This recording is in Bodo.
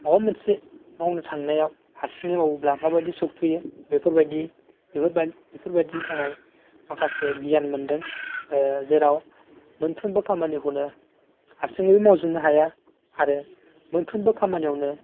माबा मोनसे मावनो थांनायाव हारसिङै मावोब्ला माबायदि सौथुयो बेफोरबायदि बेफोरबायदिनि थाखाइ माखासे गियान मोन्दों जेराव मोनफ्रोमबो खामानिखौनो हारसिङैबो मावजोबनो हाया आरो मोनफ्रोमबो खामानियावनो